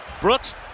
Brooks